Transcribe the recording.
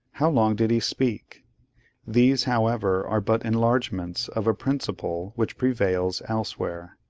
how long did he speak these, however, are but enlargements of a principle which prevails elsewhere.